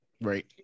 Right